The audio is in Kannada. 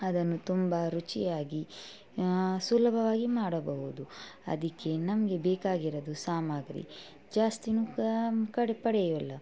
ಅದನ್ನು ತುಂಬ ರುಚಿಯಾಗಿ ಸುಲಭವಾಗಿ ಮಾಡಬಹುದು ಅದಕ್ಕೆ ನಮಗೆ ಬೇಕಾಗಿರೋದು ಸಾಮಾಗ್ರಿ ಜಾಸ್ತಿನು ಪಡೆಯೊಲ್ಲ